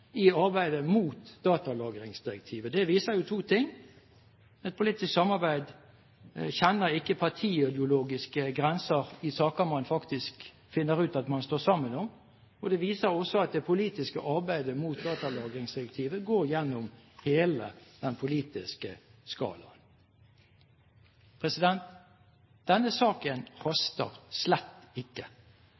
i arbeidet mot datalagringsdirektivet. Det viser to ting, at politisk samarbeid ikke kjenner partiideologiske grenser i saker man faktisk finner ut at man står sammen om, og det viser også at det politiske arbeidet mot datalagringsdirektivet går gjennom hele den politiske skala. Denne saken haster slett ikke.